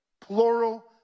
plural